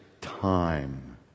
time